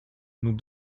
nous